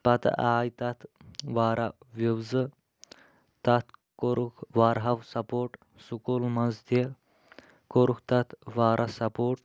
پَتہٕ آے تَتھ واریاہ وِوزٕ تَتھ کوٚرُکھ واریاہو سپورٹ سکوٗل منٛز تہِ کوٚرُکھ تَتھ واریاہ سپورٹ